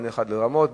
דין אחד לרמות,